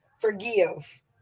forgive